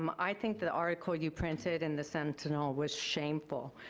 um i think the article you printed in the sentinel was shameful.